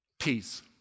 Peace